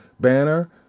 banner